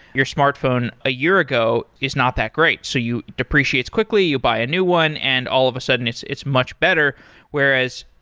your smartphone a year ago is not that great, so it depreciates quickly. you buy a new one and all of a sudden it's it's much better whereas,